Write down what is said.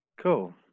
cool